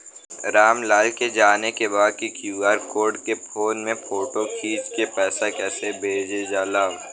राम लाल के जाने के बा की क्यू.आर कोड के फोन में फोटो खींच के पैसा कैसे भेजे जाला?